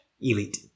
Elite